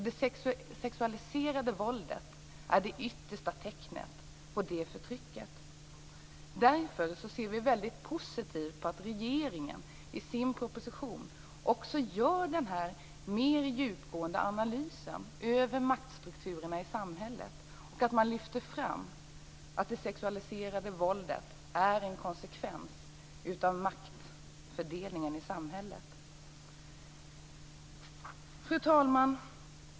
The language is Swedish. Det sexualiserde våldet är det yttersta tecknet på detta förtryck. Därför ser vi väldigt positivt på att regeringen i sin proposition också gör den här mer djupgående analysen av maktstrukturerna i samhället och att man lyfter fram att det sexualiserade våldet är en konsekvens av maktfördelningen i samhället. Fru talman!